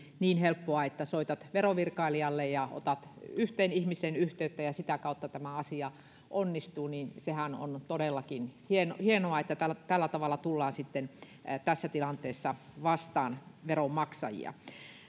niin helppoa että soitat verovirkailijalle ja otat yhteen ihmiseen yhteyttä ja sitä kautta tämä asia onnistuu niin sehän on todellakin hienoa hienoa että tällä tavalla tullaan tässä tilanteessa vastaan veronmaksajia